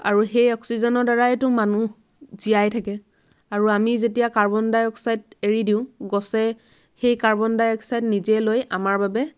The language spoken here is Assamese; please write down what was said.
আৰু সেই অক্সিজেনৰ দ্বাৰাইটো মানুহ জীয়াই থাকে আৰু আমি যেতিয়া কাৰ্বন ডাই অক্সাইড এৰি দিওঁ গছে সেই কাৰ্বন ডাই অক্সাইড নিজে লৈ আমাৰ বাবে